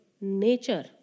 nature